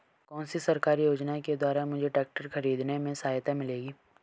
कौनसी सरकारी योजना के द्वारा मुझे ट्रैक्टर खरीदने में सहायता मिलेगी?